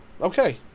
Okay